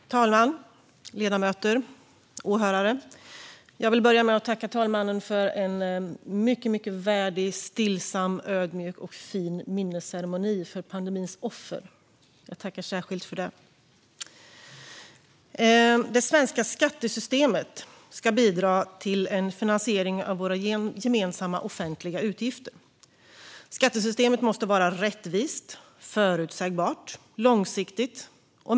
Herr talman, ledamöter och åhörare! Jag vill börja med att särskilt tacka talmannen för en mycket värdig, stillsam, ödmjuk och fin minnesceremoni för pandemins offer. Det svenska skattesystemet ska bidra till en finansiering av våra gemensamma offentliga utgifter. Skattesystemet måste vara rättvist, förutsägbart och långsiktigt.